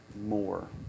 more